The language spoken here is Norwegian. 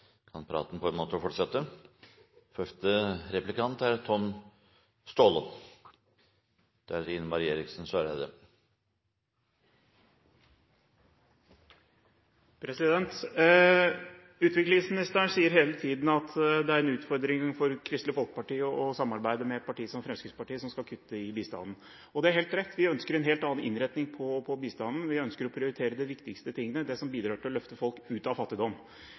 kan gjøre det arbeidet bedre framover. Det blir replikkordskifte. Utviklingsministeren sier hele tiden at det er en utfordring for Kristelig Folkeparti å samarbeide med et parti som Fremskrittspartiet, som vil kutte i bistanden. Og det er helt rett: Vi ønsker en annen innretning på bistanden, vi ønsker å prioritere de viktigste tingene, det som bidrar til å løfte folk ut av fattigdom.